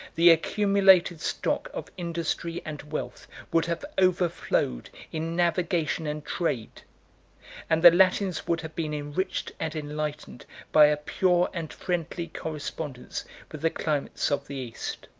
the accumulated stock of industry and wealth would have overflowed in navigation and trade and the latins would have been enriched and enlightened by a pure and friendly correspondence with the climates of the east.